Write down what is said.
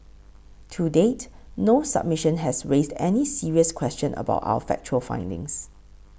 to date no submission has raised any serious question about our factual findings